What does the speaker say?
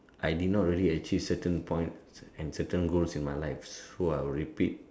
I did not really achieve certain point and certain goals in my life who I'll repeat